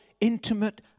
intimate